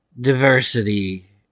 diversity